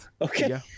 Okay